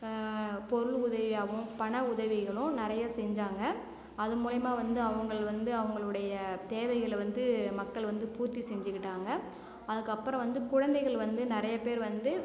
பொருள் உதவியாகவும் பண உதவிகளும் நிறைய செஞ்சாங்க அது மூலியமாக வந்து அவங்கள் வந்து அவங்களுடைய தேவைகளை வந்து மக்கள் வந்து பூர்த்தி செஞ்சிக்கிட்டாங்க அதுக்கு அப்புறம் வந்து குழந்தைகள் வந்து நிறைய பேர் வந்து